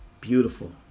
beautiful